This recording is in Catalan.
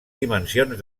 dimensions